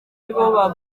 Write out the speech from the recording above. nibo